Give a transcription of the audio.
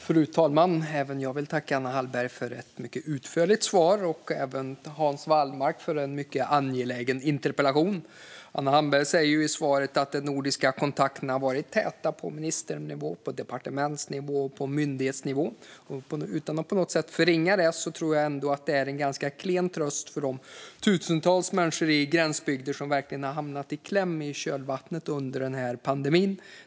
Fru talman! Även jag vill tacka Anna Hallberg för ett mycket utförligt svar och också Hans Wallmark för en mycket angelägen interpellation. Anna Hallberg säger i svaret att de nordiska kontakterna har varit täta på ministernivå, departementsnivå och myndighetsnivå. Utan att på något sätt förringa det tror jag ändå att det är en ganska klen tröst för de tusentals människor i gränsbygder som verkligen hamnat i kläm i kölvattnet av pandemin.